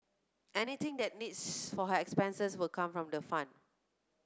anything that needs for her expenses will come from the fund